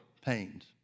pains